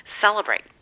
celebrate